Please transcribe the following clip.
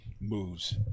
moves